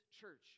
church